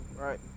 right